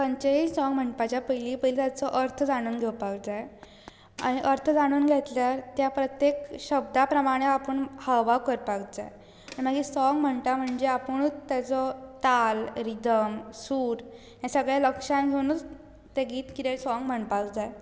खंयचेय सोंग म्हणपाच्या पयली पयली ताचो अर्थ जाणून घेवपाक जाय आनी अर्थ जाणून घेतल्यार त्या प्रत्येक शब्दा प्रमाणे आपूण हावभाव करपाक जाय मागीर सोंग म्हणटा म्हणजे आपुणूच ताजो ताल रिदम सूर हें सगळें लक्षांत घेवूनुच ते गीत कितें सोंग म्हणपाक जाय